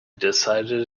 decided